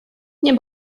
nie